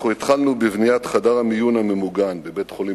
התחלנו בבניית חדר המיון הממוגן בבית-חולים